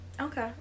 Okay